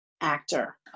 actor